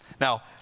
Now